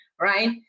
right